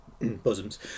bosoms